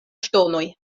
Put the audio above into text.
ŝtonoj